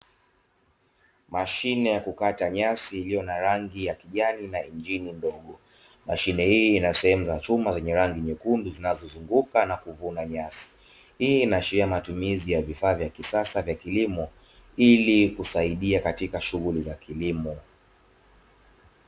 Mashine ya kukata nyasi ilio ja rangi ya kijani, mashine hii inasehemu za chuma zilizo nyekundu zinzozunguka na kuvuna nyasi hii inaashiria matumizi ya vifaa vya kisasa vya kilimo ili kusaidia katika shughuli za kilimo.